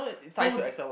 so